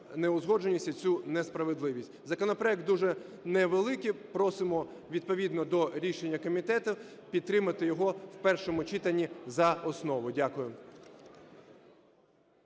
неузгодженість, і цю несправедливість. Законопроект дуже невеликий. Просимо відповідно до рішення комітету підтримати його в першому читанні за основу. Дякую.